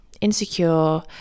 insecure